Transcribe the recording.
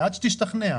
עד שתשתכנע.